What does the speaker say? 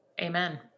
Amen